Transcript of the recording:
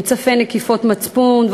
מוצפים נקיפות מצפון,